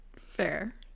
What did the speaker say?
Fair